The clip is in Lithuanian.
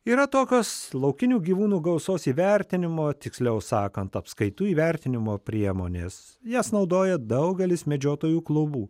yra tokios laukinių gyvūnų gausos įvertinimo tiksliau sakant apskaitų įvertinimo priemonės jas naudoja daugelis medžiotojų klubų